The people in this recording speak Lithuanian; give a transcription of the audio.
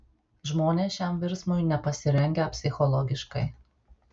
žmonės šiam virsmui nepasirengę psichologiškai